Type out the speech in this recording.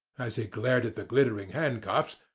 as he glared at the glittering handcuffs,